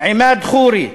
עימאד ח'ורי,